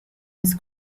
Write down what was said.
his